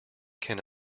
can